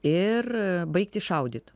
ir baigti šaudyt